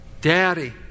Daddy